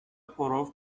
پرو